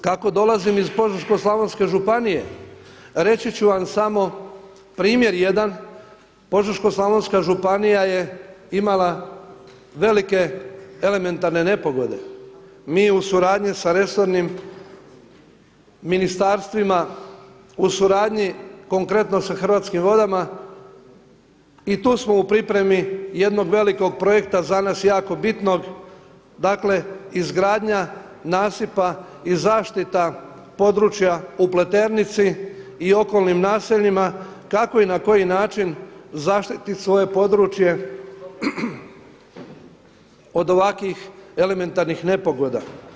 Kako dolazim iz Požeško-slavonske županije reći ću vam samo primjer jedan, Požeško-slavonska županija je imala velike elementarne nepogode, mi u suradnji sa resornim ministarstvima u suradnji konkretno sa Hrvatskim vodama i tu smo u pripremi jednog velikog projekta za nas jako bitno, dakle izgradnja nasipa i zaštita područja u Pleternici i okolnim naseljima kako i na koji način zaštititi svoje područje od ovakvih elementarnih nepogoda.